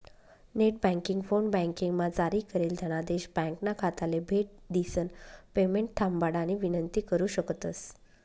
net banking, फोनबँकिंगमा जारी करेल धनादेश ब्यांकना खाताले भेट दिसन पेमेंट थांबाडानी विनंती करु शकतंस